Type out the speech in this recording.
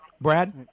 Brad